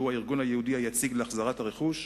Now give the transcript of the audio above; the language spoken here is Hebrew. שהוא הארגון היהודי היציג להחזרת הרכוש,